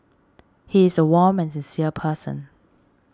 he is a warm and sincere person